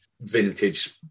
vintage